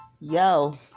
Yo